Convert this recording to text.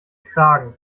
kragen